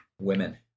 women